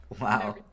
Wow